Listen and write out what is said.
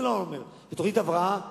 זו תוכנית הבראה,